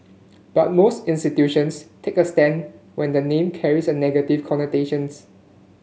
but most institutions take a stand when the name carries negative connotations